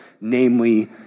namely